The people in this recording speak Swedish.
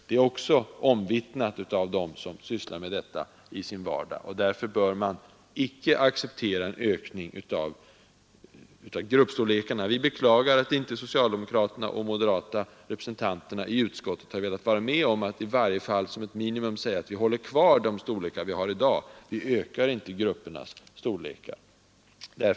Det är omvittnat av dem som sysslar med detta i sin vardag. Därför bör man icke acceptera en ökning av gruppstorlekarna. Vi beklagar att inte socialdemokraterna och de moderata representanterna i utskottet har velat vara med om att i varje fall som ett minimum hålla kvar de gruppstorlekar som man har i dag och inte öka dem.